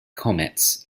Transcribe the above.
comets